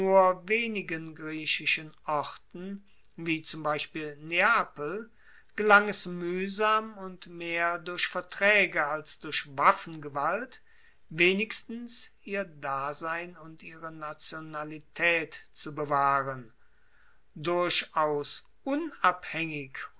wenigen griechischen orten wie zum beispiel neapel gelang es muehsam und mehr durch vertraege als durch waffengewalt wenigstens ihr dasein und ihre nationalitaet zu bewahren durchaus unabhaengig